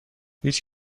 هیچ